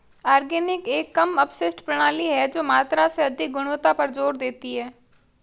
organic एक कम अपशिष्ट प्रणाली है जो मात्रा से अधिक गुणवत्ता पर जोर देती है